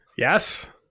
Yes